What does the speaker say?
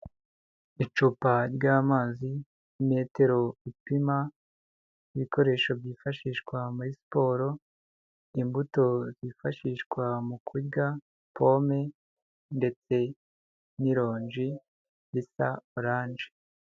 Icupa ry'amazi, imetero ipima, ibikoresho byifashishwa muri siporo, imbuto zifashishwa mu kurya, pome ndetse n'ironji risa oranje.